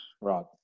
Right